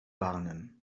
warnen